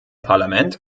parlament